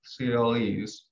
CLEs